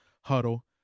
huddle